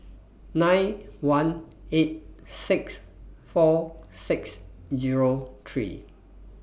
nine one eight six four six Zero three